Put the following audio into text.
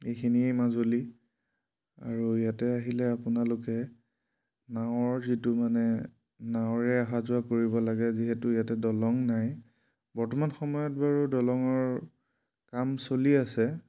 এইখিনিয়েই মাজুলী আৰু ইয়াতে আহিলে আপোনালোকে নাৱৰ যিটো মানে নাৱেৰে অহা যোৱা কৰিব লাগে যিহেতু ইয়াতে দলং নাই বৰ্তমান সময়ত বাৰু দলঙৰ কাম চলি আছে